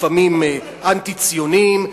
לפעמים אנטי-ציוניים,